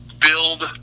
build